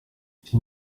icyo